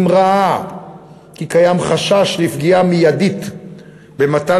אם ראה כי קיים חשש לפגיעה מיידית במתן